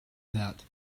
that